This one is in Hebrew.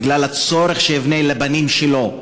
בגלל הצורך לבנות לבנים שלו.